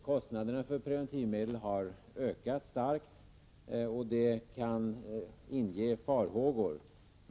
Kostnaderna för preventivmedel har ökat starkt, och det kan inge farhågor.